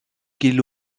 qu’il